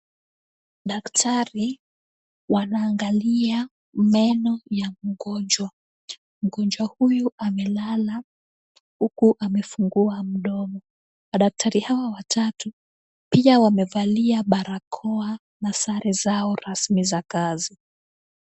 Daktari wanaangalia meno ya mgonjwa. Mgonjwa huyu amelala huku amefungua mdomo. Daktari hawa watatu pia wamevalia barakoa na sare zao rasmi za kazi.